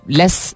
less